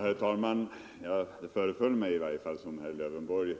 Herr talman! Det föreföll i början av herr Lövenborgs